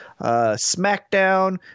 SmackDown